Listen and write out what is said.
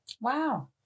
Wow